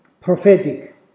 prophetic